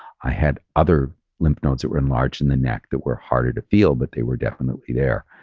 i had other lymph nodes that were enlarged in the neck that were harder to feel, but they were definitely there.